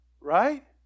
Right